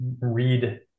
read